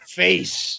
face